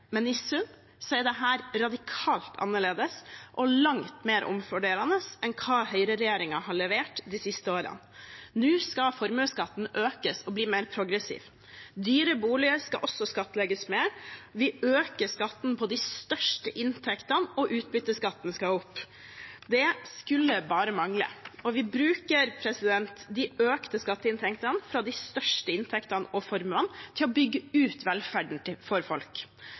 men i sum er dette radikalt annerledes og langt mer omfordelende enn hva høyreregjeringen har levert de siste årene. Nå skal formuesskatten økes og bli mer progressiv. Dyre boliger skal også skattlegges mer, vi øker skatten på de største inntektene, og utbytteskatten skal opp. Det skulle bare mangle, og vi bruker de økte skatteinntektene fra de største inntektene og formuene til å bygge ut velferden for folk.